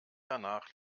danach